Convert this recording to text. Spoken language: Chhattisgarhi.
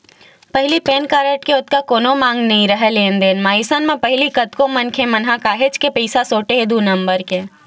पहिली पेन कारड के ओतका कोनो मांग नइ राहय लेन देन म, अइसन म पहिली कतको मनखे मन ह काहेच के पइसा सोटे हे दू नंबर के